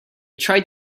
tried